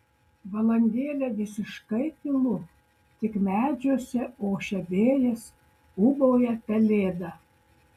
valandėlę visiškai tylu tik medžiuose ošia vėjas ūbauja pelėda